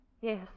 Yes